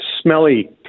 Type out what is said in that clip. smelly